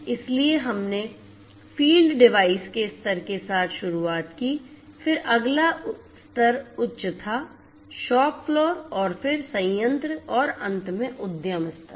इसलिए हमने field device के स्तर के साथ शुरुआत की फिर अगला स्तर उच्च था शॉप फ्लोर और फिर संयंत्र और अंत में उद्यम स्तर